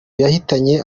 yahitanye